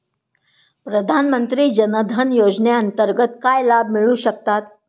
प्रधानमंत्री जनधन योजनेअंतर्गत काय लाभ मिळू शकतात?